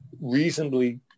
reasonably